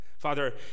Father